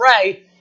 pray